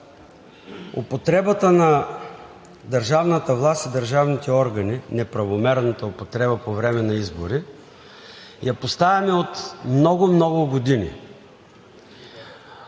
употребата на държавната власт и държавните органи – неправомерната употреба по време на избори, я поставяме от много, много години.